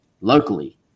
locally